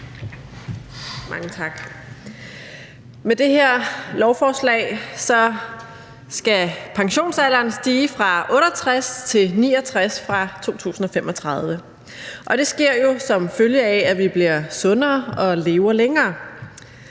Med det her lovforslag skal pensionsalderen stige fra 68 år til 69 år fra 2035, og det sker jo som følge af, at vi bliver sundere og lever længere.